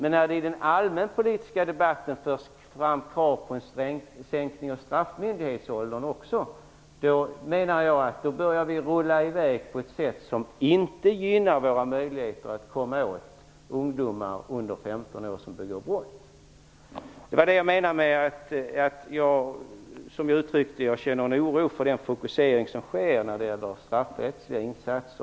När det i den allmänpolitiska debatten förs fram krav på en sänkning av straffmyndighetsåldern, menar jag att frågan börjar dra i väg på ett sätt som inte gynnar våra möjligheter att komma åt ungdomar under 15 år som begår brott. Det var det jag menade när jag sade att jag känner en oro inför den fokusering som sker beträffande straffrättsliga insatser.